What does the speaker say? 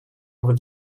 over